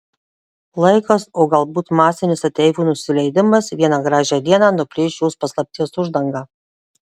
laikas o galbūt masinis ateivių nusileidimas vieną gražią dieną nuplėš šios paslapties uždangą